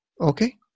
Okay